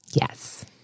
Yes